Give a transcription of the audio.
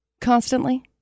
constantly